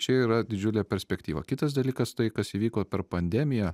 čia yra didžiulė perspektyva kitas dalykas tai kas įvyko per pandemiją